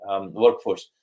workforce